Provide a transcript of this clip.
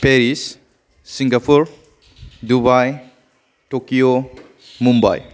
Paris Singapore Dubai Tokyo Mumbai